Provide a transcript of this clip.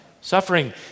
suffering